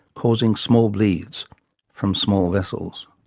causing small bleeds from small vessels.